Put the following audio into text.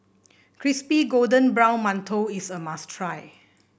Crispy Golden Brown Mantou is a must try